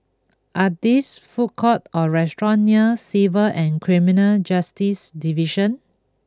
are this food courts or restaurants near Civil and Criminal Justice Division